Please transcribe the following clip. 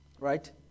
Right